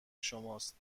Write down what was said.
شماست